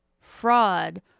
fraud